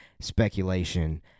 speculation